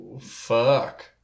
Fuck